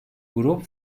grup